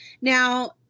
Now